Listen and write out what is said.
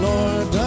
Lord